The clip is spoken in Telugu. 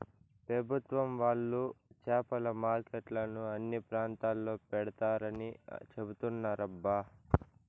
పెభుత్వం వాళ్ళు చేపల మార్కెట్లను అన్ని ప్రాంతాల్లో పెడతారని చెబుతున్నారబ్బా